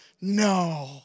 No